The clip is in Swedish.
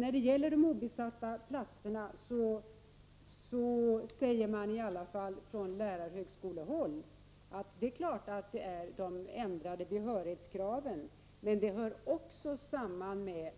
Från lärarhögskolehåll hävdar man att de obesatta platserna beror på de ändrade behörighetskraven. Men det hör också samman med